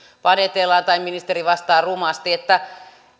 panettelua tai sitä että ministeri vastaa rumasti että